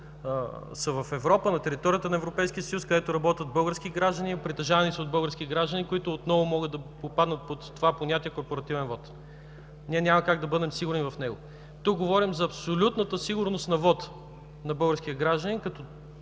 са в Европа, на територията на Европейския съюз, където работят български граждани, притежавани са от български граждани, които отново могат да попаднат под това понятие „корпоративен вот”. Ние няма как да бъдем сигурни в него. Тук говорим за абсолютната сигурност на вота на българския гражданин като